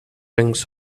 rings